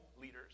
leaders